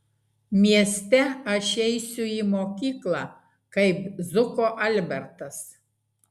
mieste aš eisiu į mokyklą kaip zuko albertas